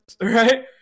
right